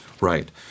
Right